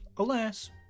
Alas